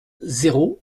zéro